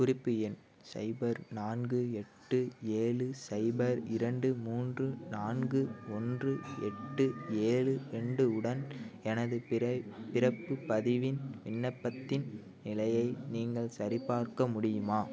குறிப்பு எண் சைபர் நான்கு எட்டு ஏழு சைபர் இரண்டு மூன்று நான்கு ஒன்று எட்டு ஏழு ரெண்டு உடன் எனது பிற பிறப்புப் பதிவின் விண்ணப்பத்தின் நிலையை நீங்கள் சரிபார்க்க முடியுமா